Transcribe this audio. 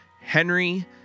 Henry